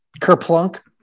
Kerplunk